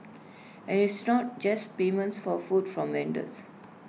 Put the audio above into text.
and it's not just payments for food from vendors